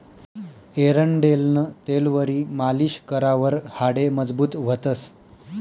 एरंडेलनं तेलवरी मालीश करावर हाडे मजबूत व्हतंस